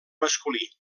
masculí